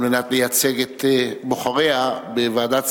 על מנת לייצג את בוחריה בוועדת כספים,